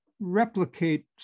replicate